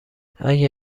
اگه